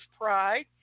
Pride